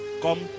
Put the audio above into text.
come